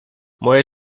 moje